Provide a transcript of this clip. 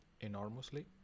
enormously